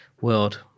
world